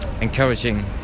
encouraging